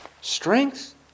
strength